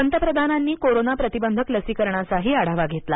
पंतप्रधानांनी कोरोना प्रतिबंधक लसीकरणाचाही आढावा घेतला